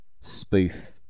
spoof